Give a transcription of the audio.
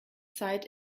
zeit